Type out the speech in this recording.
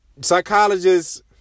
psychologists